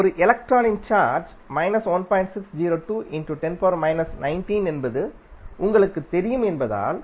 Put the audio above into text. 1 எலக்ட்ரானின் சார்ஜ் என்பது உங்களுக்குத் தெரியும் என்பதால்